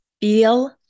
Feel